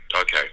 Okay